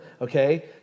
okay